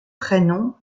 prénoms